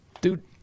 Dude